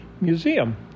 Museum